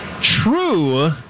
true